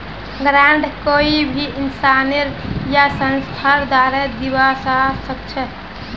grant कोई भी इंसानेर या संस्थार द्वारे दीबा स ख छ